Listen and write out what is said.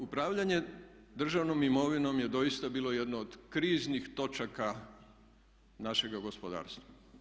Upravljanje državnom imovinom je doista bilo jedno od kriznih točaka našega gospodarstva.